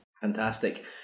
Fantastic